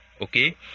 Okay